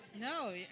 No